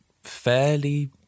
fairly